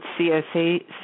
CSA